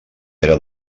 era